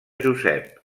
josep